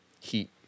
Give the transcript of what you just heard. Heat